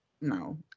No